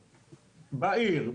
בעיר,